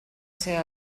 ser